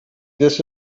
this